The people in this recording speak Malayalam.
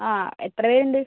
ആ എത്ര പേരുണ്ട്